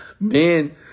Man